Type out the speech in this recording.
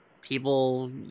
people